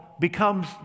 becomes